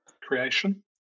creation